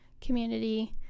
community